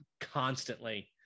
constantly